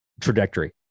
trajectory